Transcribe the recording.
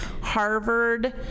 Harvard